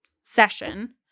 session